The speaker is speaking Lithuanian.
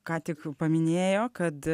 ką tik paminėjo kad